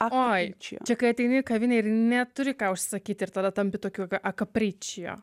oi čia kai ateini į kavinę ir neturi ką užsisakyti ir tada tampi tokiu a kapričio